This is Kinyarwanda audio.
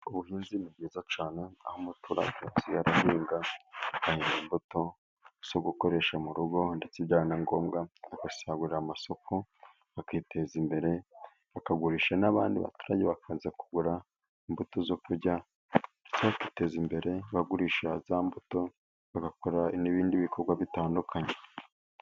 Ubuhinzi ni bwiza cyane aho umuturage asigaye arahinga, agahinga imbuto zo gukoresha mu rugo ndetse byaba na ngombwa agasagurira amasoko. akiteza imbere, akagurisha n'abandi baturage, bakaza kugura imbuto zo kurya. Ndetse bakiteza imbere bagurisha za mbuto bagakora n'ibindi bikorwa bitandukanye.